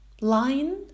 line